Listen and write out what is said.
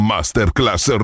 Masterclass